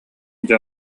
дьэ